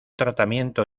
tratamiento